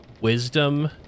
wisdom